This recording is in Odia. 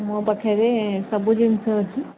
ମୋ ପାଖରେ ସବୁ ଜିନିଷ ଅଛି